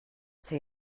zur